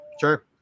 Sure